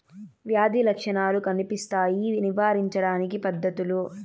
వ్యాధి లక్షణాలు కనిపిస్తాయి నివారించడానికి పద్ధతులు?